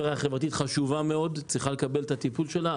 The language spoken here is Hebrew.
הפריפריה החברתית חשובה מאוד וצריכה לקבל את הטיפול שלה,